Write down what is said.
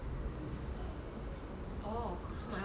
oh !wah! shiok ah shiok rich kid ah